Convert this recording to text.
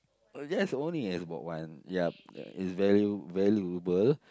just only Xbox-One ya it's very valuable